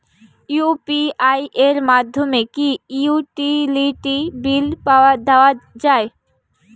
UPI এর মাধ্যমে কি ইউটিলিটি বিল দেওয়া যায়?